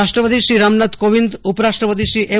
રાષ્ટ્રપતિ શ્રી રામનાથ કોવિંદ ઉપરાષ્ટ્રપતિ શ્રી એમ